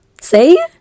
See